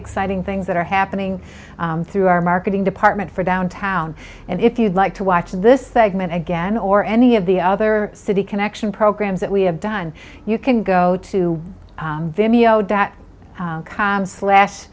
exciting things that are happening through our marketing department for downtown and if you'd like to watch this segment again or any of the other city connection programs that we have done you can go to video that can slash